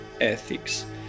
ethics